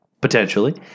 potentially